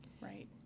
Right